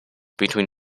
between